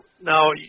Now